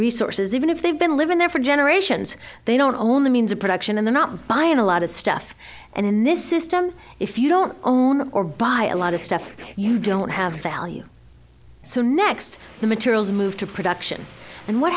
resources even if they've been living there for generations they don't only means of production and they're not buying a lot of stuff and in this system if you don't own or buy a lot of stuff you don't have value so next the materials move to production and what